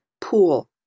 pool